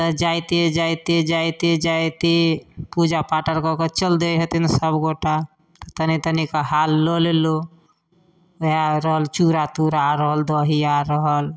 जाइते जाइते जाइते जाइते पूजा पाठ आर कऽ कऽ चलि दै हथिन सब गोटा तनी तनी कऽ हाल लऽ लेलहुॅं वएह रहल चूडा तूरा आर रहल दही आर रहल